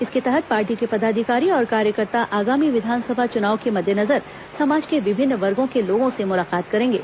इसके तहत पार्टी के पदाधिकारी और कार्यकर्ता आगामी विधानसभा चुनाव के मद्देनजर समाज के विभिन्न वर्गों के लोगों से मुलाकात करेंगे